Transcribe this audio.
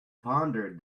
pondered